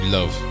Love